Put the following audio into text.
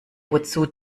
wozu